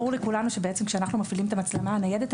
ברור לכולנו שבעצם כאשר אנחנו מפעילים את המצלמה הניידת,